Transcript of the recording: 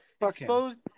Exposed